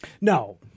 No